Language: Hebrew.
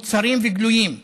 מוצהרים וגלויים,